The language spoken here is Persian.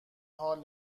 حال